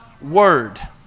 word